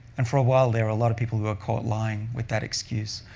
and for a while, there were a lot of people who were caught lying with that excuse.